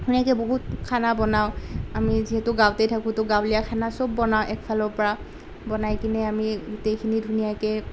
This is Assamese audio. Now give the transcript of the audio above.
সেনেকৈ বহুত খানা বনাওঁ আমি যিহেতু গাঁৱতে থাকোঁ তো গাঁৱলীয়া খানা চব বনাওঁ এফালৰ পৰা বনাই কিনি আমি গোটেইখিনি ধুনীয়াকৈ